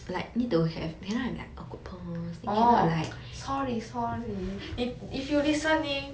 orh sorry sorry if if you listening